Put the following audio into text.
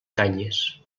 canyes